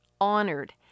honored